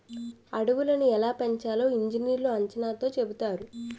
అడవులని ఎలా పెంచాలో ఇంజనీర్లు అంచనాతో చెబుతారు